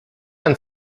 ein